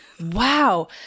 Wow